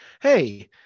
hey